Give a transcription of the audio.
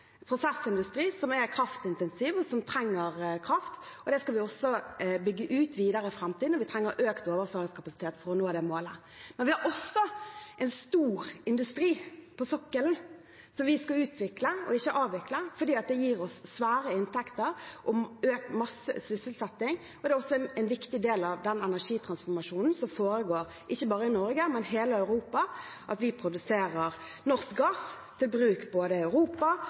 som er kraftintensiv, og som trenger kraft. Den skal vi også bygge ut videre i framtiden, og vi trenger økt overføringskapasitet for å nå det målet. Men vi har også en stor industri på sokkelen som vi skal utvikle, og ikke avvikle, for det gir oss store inntekter og sysselsetter mange. Det er også viktig for den energitransformasjonen som foregår, ikke bare i Norge, men i hele Europa, at vi produserer norsk gass til bruk både i Europa